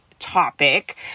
topic